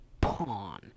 pawn